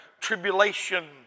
tribulation